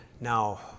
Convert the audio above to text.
Now